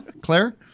Claire